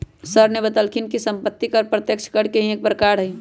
sir ने बतल खिन कि सम्पत्ति कर प्रत्यक्ष कर के ही एक प्रकार हई